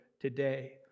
today